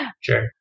Sure